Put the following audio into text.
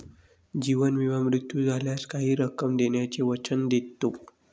जीवन विमा मृत्यू झाल्यास काही रक्कम देण्याचे वचन देतो